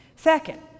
Second